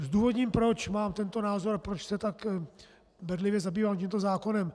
Zdůvodním, proč mám tento názor a proč se tak bedlivě zabývám tímto zákonem.